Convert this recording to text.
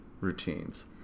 routines